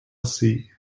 see